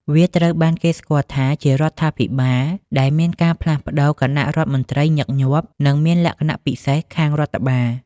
វាត្រូវបានគេស្គាល់ថាជារដ្ឋាភិបាលដែលមានការផ្លាស់ប្តូរគណៈរដ្ឋមន្ត្រីញឹកញាប់ និងមានលក្ខណៈពិសេសខាងរដ្ឋបាល។